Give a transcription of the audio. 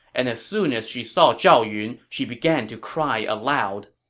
and as soon as she saw zhao yun, she began to cry aloud.